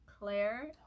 Claire